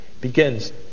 begins